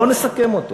לא נסכם אותו.